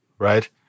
right